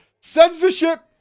Censorship